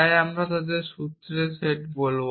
তাই আমরা তাদের সূত্রের সেট বলব